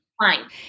Fine